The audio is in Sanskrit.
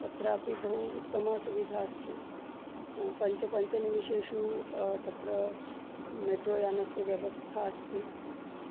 तत्रापि बहु उत्तमा सुविधा अस्ति पञ्च पञ्चनिमेषेषु तत्र मेट्रो यानस्य व्यवस्था अस्ति